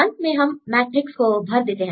अंत में हम मैट्रिक्स को भर देते हैं